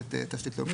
שמקבלת תשתית לאומית.